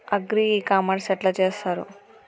Agri e commerce ఎట్ల చేస్తరు?